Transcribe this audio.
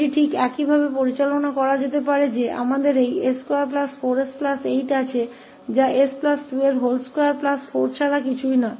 इसे भी ठीक इसी तरह से संभाला जा सकता है कि हमारे पास यह s24s8 है जो किs224 के अलावा और कुछ नहीं है